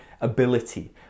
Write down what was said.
ability